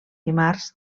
dimarts